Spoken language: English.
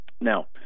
Now